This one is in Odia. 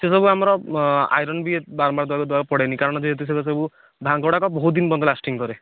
ସେସବୁ ଆମର ଆଇରନ ବି ବାରମ୍ବାର ଦେବାକୁ ପଡ଼େନି କାରଣ ଯେହେତୁ ସେଗୁଡ଼ାକ ସବୁ ଭାଙ୍ଗ ଗୁଡ଼ାକ ବହୁତ ଦିନ ପର୍ଯ୍ୟନ୍ତ ଲାଷ୍ଟିଂ କରେ